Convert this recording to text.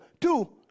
Two